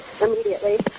immediately